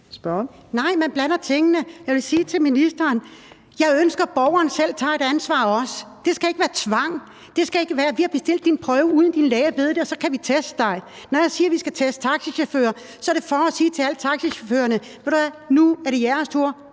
Nej, man blander tingene sammen. Jeg vil sige til ministeren, at jeg ønsker, at borgeren også selv tager et ansvar. Det skal ikke være tvang. Det skal ikke være sådan: Nu har vi bestilt din prøve, uden at din læge ved det, og så kan vi teste dig. Når jeg siger, at vi skal teste taxachauffører, er det for at sige til alle taxachaufførerne: Ved I hvad? Nu er det jeres tur.